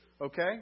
okay